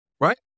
right